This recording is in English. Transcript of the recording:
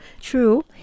true